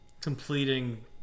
completing